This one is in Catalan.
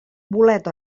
bolet